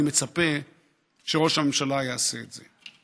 אני מצפה שראש הממשלה יעשה את זה.